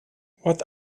what